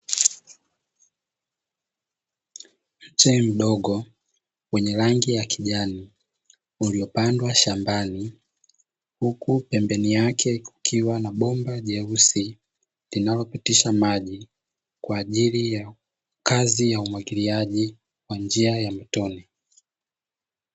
Mche mdogo wenye rangi ya kijani uliopandwa shambani huku pembeni yake kukiwa na bomba jeusi linalopitisha maji kwa ajili ya kazi ya umwagiliaji kwa njia ya matone.